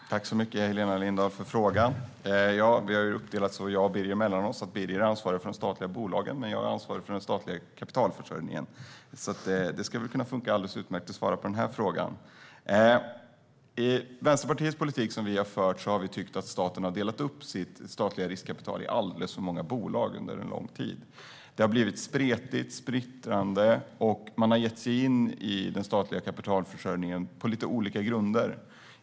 Herr talman! Jag tackar Helena Lindahl för frågan. Birger Lahti och jag har delat upp detta på ett sådant sätt att han är ansvarig för de statliga bolagen och jag för den statliga kapitalförsörjningen. Det ska därför kunna funka alldeles utmärkt att svara på den här frågan. Enligt den politik som Vänsterpartiet har fört menar vi att staten under en lång tid har delat upp det statliga riskkapitalet i alldeles för många bolag. Det har blivit spretigt och splittrande, och man har gett sig in i den statliga kapitalförsörjningen på lite olika grunder.